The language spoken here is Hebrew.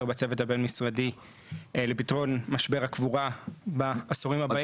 בצוות הבין-משרדי לפתרון משבר הקבורה בעשורים הבאים.